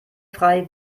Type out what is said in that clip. frei